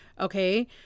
okay